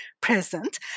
present